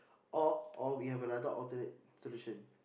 or or we have another alternate solution